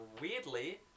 weirdly